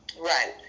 right